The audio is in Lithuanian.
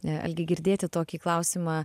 algi girdėti tokį klausimą